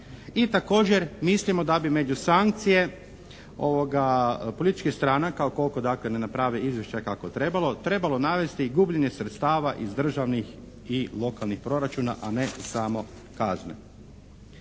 i također mislimo da bi među sankcije političkih stranaka ukoliko dakle ne naprave izvješća kako je trebalo, trebalo navesti i gubljenje sredstava iz državnih i lokalnih proračuna a ne samo kazne.